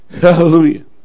Hallelujah